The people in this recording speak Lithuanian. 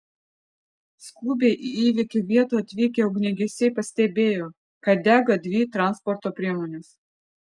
skubiai į įvykio vietą atvykę ugniagesiai pastebėjo kad dega dvi transporto priemonės